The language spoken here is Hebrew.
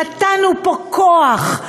נתנו פה כוח,